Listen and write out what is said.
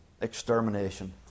extermination